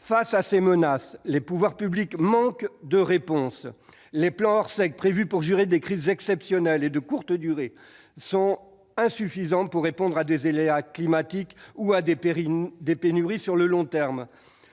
Face à ces menaces, les pouvoirs publics manquent de réponses : les plans Orsec, prévus pour gérer des crises exceptionnelles et de courte durée, sont insuffisants pour faire face à des aléas climatiques ou à des pénuries de plus long terme.